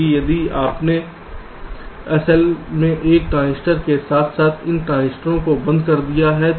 इसलिए यदि आपने SL से 1 ट्रांजिस्टर के साथ साथ इन ट्रांजिस्टर को बंद कर दिया जाएगा